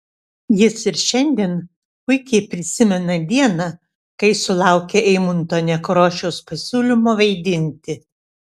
jis ir šiandien puikiai prisimena dieną kai sulaukė eimunto nekrošiaus pasiūlymo vaidinti